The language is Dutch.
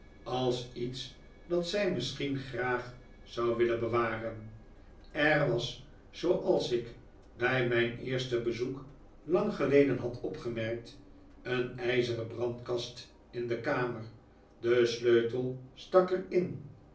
als iets dat zij misschien graag zou willen bewaren er was zooals ik bij mijn eerste bezoek lang geleden had opgemerkt een ijzeren brandkast in de kamer de sleutel stak er in